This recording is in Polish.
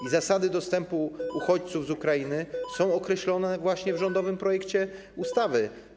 I zasady dostępu uchodźców z Ukrainy są określone właśnie w rządowym projekcie ustawy.